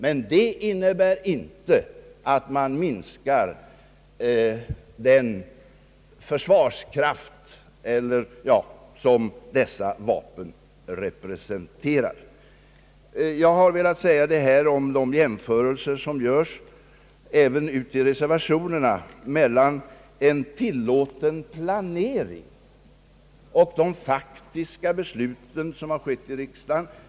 Men det innebär inte att man minskar den försvarskraft som dessa vapen representerar. Jag har velat säga detta om de jämförelser som görs även uti reservationerna mellan en tillåten planering och de faktiska beslut som riksdagen har fattat.